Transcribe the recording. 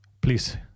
Please